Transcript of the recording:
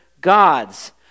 gods